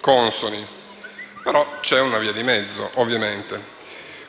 consoni però c'è una via di mezzo, ovviamente.